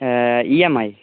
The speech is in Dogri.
E M I